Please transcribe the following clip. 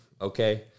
Okay